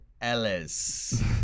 Ellis